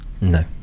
No